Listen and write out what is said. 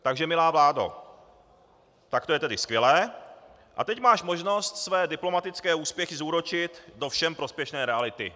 Takže milá vládo, to je tedy skvělé, a teď máš možnost své diplomatické úspěchy zúročit do všem prospěšné reality.